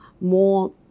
more